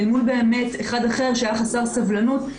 אל מול באמת אחד אחר שהיה חסר סבלנות,